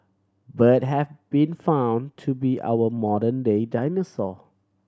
bird have been found to be our modern day dinosaur